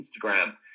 Instagram